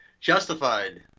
justified